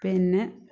പിന്നെ